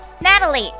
Natalie